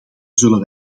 zullen